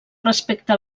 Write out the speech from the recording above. respecte